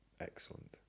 excellent